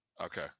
Okay